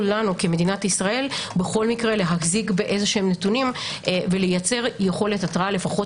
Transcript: לנו כמדינת ישראל להחזיק בנתונים ולייצר יכולת התרעה לפחות